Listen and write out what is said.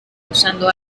usando